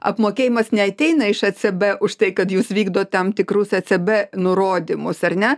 apmokėjimas neateina iš ecb už tai kad jūs vykdot tam tikrus ecb nurodymus ar ne